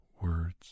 words